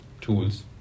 tools